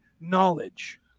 knowledge